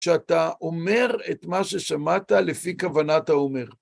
כשאתה אומר את מה ששמעת לפי כוונת האומר.